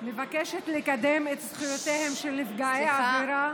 מבקשת לקדם את זכויותיהם של נפגעי עבירה,